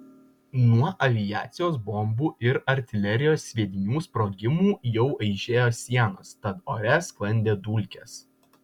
nuo aviacijos bombų ir artilerijos sviedinių sprogimų jau aižėjo sienos tad ore sklandė dulkės